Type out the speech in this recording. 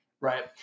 Right